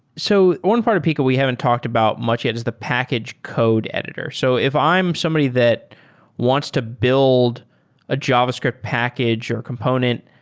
so one part of pika we haven't talked about much and is the package code editor. so if i'm somebody that wants to build a javascript package component,